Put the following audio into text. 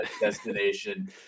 Destination